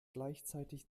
gleichzeitig